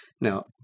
Now